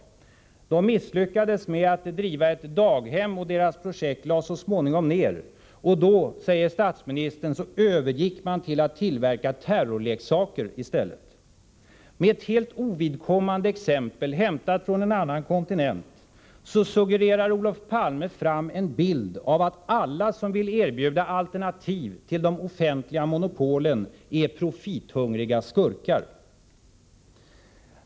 Detta företag misslyckades med att driva ett daghem, och deras projekt lades så småningom ned. Då, säger statsministern, övergick företaget till att tillverka terrorleksaker. Med ett helt ovidkommande exempel, hämtat från en annan kontinent, suggererar Olof Palme fram en bild av att alla som vill erbjuda alternativ till de offentliga monopolen är profithungriga skurkar.